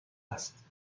است